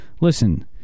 listen